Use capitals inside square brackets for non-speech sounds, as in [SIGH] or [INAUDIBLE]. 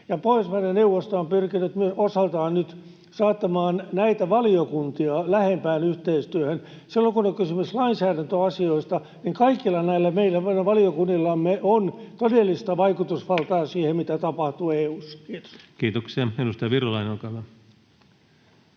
Pohjoismaiden neuvosto on pyrkinyt osaltaan nyt saattamaan näitä valiokuntia lähempään yhteistyöhön. Silloin, kun on kysymys lainsäädäntöasioista, niin kaikilla näillä meidän valiokunnillamme on todellista vaikutusvaltaa [NOISE] siihen, mitä tapahtuu EU:ssa. — Kiitos. [Speech 186] Speaker: